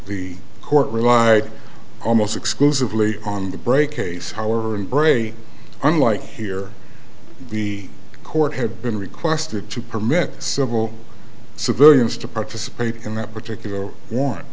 the court relied almost exclusively on the brake case however in bray unlike here the court had been requested to permit civil civilians to participate in that particular